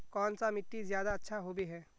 कौन सा मिट्टी ज्यादा अच्छा होबे है?